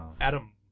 Adam